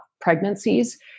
pregnancies